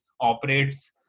operates